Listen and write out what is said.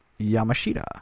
Yamashita